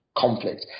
conflict